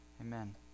amen